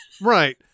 right